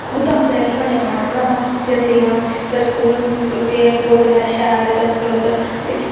खुद में अपनें हत्था कन्नै आर्ट बनांमां फिर लेआं फिर स्कूल केह् बोलदे नै शैल गल्त